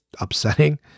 upsetting